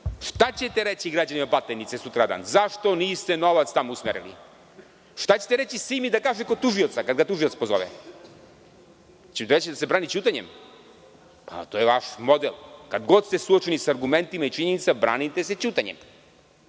ćete reći građanima Batajnice sutradan, zašto niste novac tamo usmerili? Šta ćete reći Simi da kaže kod tužioca kada ga tužilac pozove? Da li ćete mu reći da se brani ćutanjem? Pa, to je vaš model. Kad god ste suočeni sa argumentima i činjenicama, branite se ćutanjem,